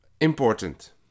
important